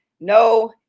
No